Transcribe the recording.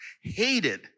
Hated